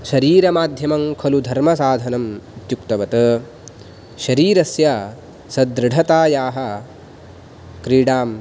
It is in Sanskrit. शरीरमाध्यमं खलु धर्मसाधनं इत्युक्तवत् शरीरस्य सद्दृढतायाः क्रीडाम्